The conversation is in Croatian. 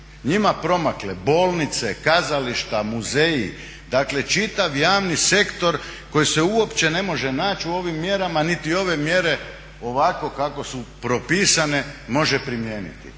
njima promakle bolnice, kazališta, muzeji. Dakle, čitav javni sektor koji se uopće ne može naći u ovim mjerama niti ove mjere ovako kako su propisane može primijeniti.